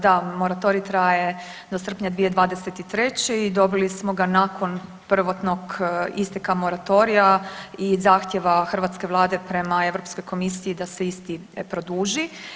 Da, moratorij traje do srpnja 2023. i dobili smo ga nakon prvotnog isteka moratorija i zahtijeva hrvatske Vlade prema Europskoj komisiji da se isti produži.